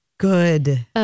Good